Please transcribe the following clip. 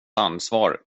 ansvar